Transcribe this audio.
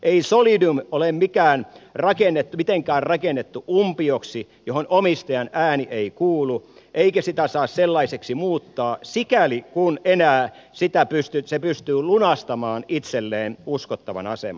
ei solidium ole mitenkään rakennettu umpioksi johon omistajan ääni ei kuulu eikä sitä saa sellaiseksi muuttaa sikäli kun se enää pystyy lunastamaan itselleen uskottavan aseman